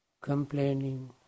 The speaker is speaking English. complaining